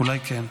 אולי כן?